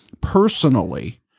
personally